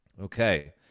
Okay